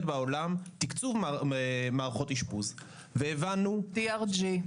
בעולם תקצוב מערכות אשפוז והבנו --- DRG.